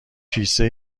کیسه